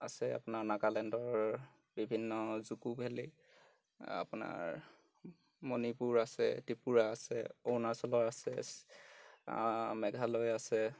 আছে আপোনাৰ নাগালেণ্ডৰ বিভিন্ন জুকু ভেলি আপোনাৰ মণিপুৰ আছে ত্ৰিপুৰা আছে অৰুণাচলৰ আছে মেঘালয় আছে